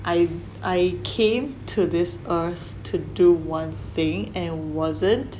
I I came to this earth to do one thing and wasn't